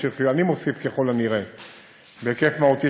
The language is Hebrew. בהיקף מהותי,